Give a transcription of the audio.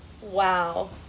Wow